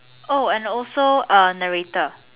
oh and also a narrator